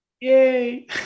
Yay